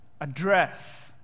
address